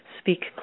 speak